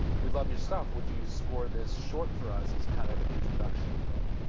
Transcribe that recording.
we'd love your stuff would you score this short for us is kind of an introduction, then